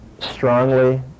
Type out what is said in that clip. strongly